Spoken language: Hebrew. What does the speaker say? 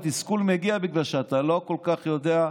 התסכול מגיע בגלל שאתה לא כל כך יודע,